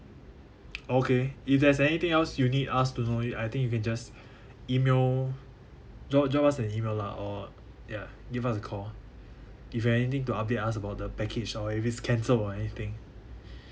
okay if there's anything else you need us to know it I think you can just email drop us drop us an email lah or ya give us a call if anything to update us about the package or if it's cancelled or anything